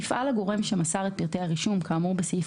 יפעל הגורם שמסר את פרטי הרישום כאמור בסעיף